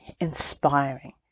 inspiring